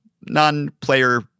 non-player